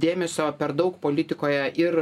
dėmesio per daug politikoje ir